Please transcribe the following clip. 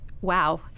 wow